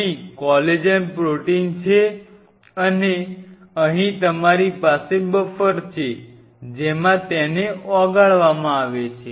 અહીં collagen protein છે અને અહીં તમારી પાસે બફર છે જેમાં તેને ઓગળવામાં આવે છે